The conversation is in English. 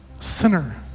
sinner